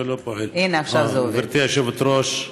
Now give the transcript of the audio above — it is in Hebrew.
גברתי היושבת-ראש,